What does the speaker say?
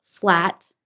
flat